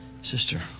Sister